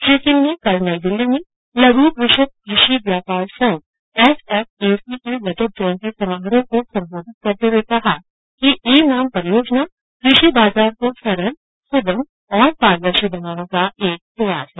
श्री सिंह ने कल नई दिल्ली में लघ् कृषक कृषि व्यापार संघ एसएफएसी के रजत जयंती समारोह को संबोधित करते हुए कहा कि ई नाम परियोजना कृषि बाजार को सरल सुगम और पारदर्शी बनाने का एक प्रयास है